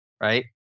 right